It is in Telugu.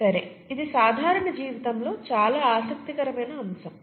సరే ఇది సాధారణ జీవితంలో చాలా ఆసక్తికరమైన అంశం